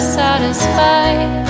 satisfied